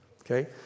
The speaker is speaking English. Okay